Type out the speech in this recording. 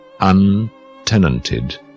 untenanted